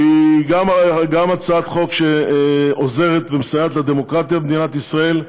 כי היא גם הצעת חוק שעוזרת ומסייעת לדמוקרטיה במדינת ישראל,